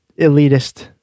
elitist